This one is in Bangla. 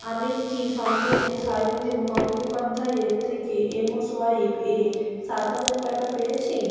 আমি কি সম্প্রতি শায়নদীপ গঙ্গোপাধ্যায়ের থেকে এম সোয়াইপ এ সাত হাজার টাকা পেয়েছি